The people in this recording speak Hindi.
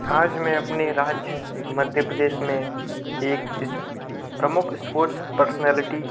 आज मैं अपने राज्य मध्य प्रदेश में एक इस प्रमुख स्पोर्ट्स पर्सनैलिटी